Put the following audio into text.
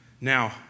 Now